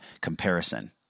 comparison